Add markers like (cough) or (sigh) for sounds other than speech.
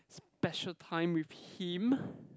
special time with him (breath)